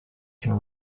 can